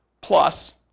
Plus